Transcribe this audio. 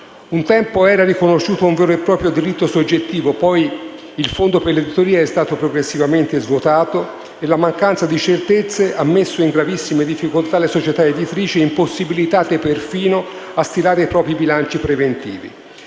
Un tempo era riconosciuto un vero e proprio diritto soggettivo. Poi, il fondo per l'editoria è stato progressivamente svuotato, e la mancanza di certezze ha messo in gravissime difficoltà le società editrici, impossibilitate perfino a stilare i propri bilanci preventivi.